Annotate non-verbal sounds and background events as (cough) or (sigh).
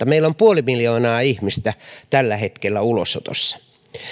(unintelligible) meillä on puoli miljoonaa ihmistä tällä hetkellä ulosotossa